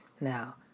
Now